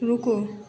रुको